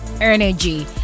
energy